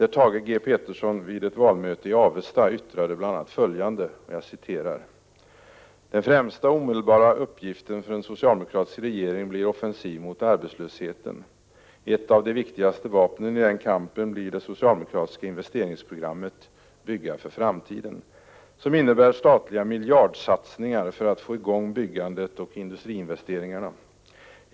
Thage G. Peterson yttrade vid ett valmöte i Avesta bl.a. följande: ”Den främsta och omedelbara uppgiften för en socialdemokratisk regering blir offensiv mot arbetslösheten. Ett av de viktigaste vapnen i den kampen blir det socialdemokratiska investeringsprogrammet — ”Bygga för framtiden” —- som innebär statliga miljardsatsningar för att få igång byggandet och industriinvesteringarna.